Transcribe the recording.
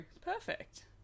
Perfect